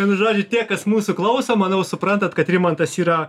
vienu žodžiu tie kas mūsų klauso manau suprantat kad rimantas yra